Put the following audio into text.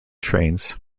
trains